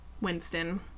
Winston